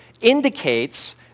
indicates